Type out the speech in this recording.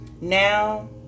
now